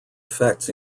effects